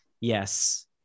yes